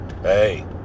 hey